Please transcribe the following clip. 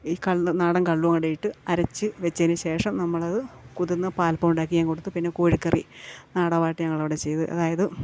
ഈ കള്ള് നാടൻ കള്ളോടെയിട്ട് അരച്ച് വെച്ചതിന് ശേഷം നമ്മളത് കുതിർന്ന പാലപ്പമുണ്ടാക്കിയും കൊടുത്ത് പിന്നെ കോഴിക്കറി ആടെവാട്ടി ഞങ്ങളവിടെ ചെയ്തു അതായത്